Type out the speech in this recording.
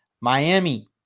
Miami